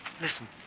Listen